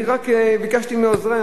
אני רק ביקשתי מעוזרי,